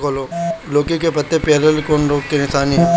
लौकी के पत्ति पियराईल कौन रोग के निशानि ह?